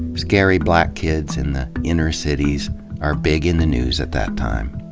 scary black kids in the inner cities are big in the news at that time.